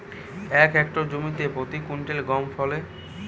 এক হেক্টর জমিতে কত কুইন্টাল গম ফলে?